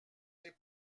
n’est